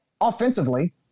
Offensively